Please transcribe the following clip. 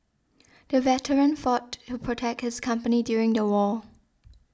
the veteran fought to protect his country during the war